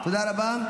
תודה רבה.